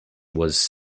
was